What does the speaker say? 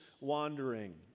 wandering